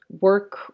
work